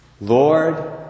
Lord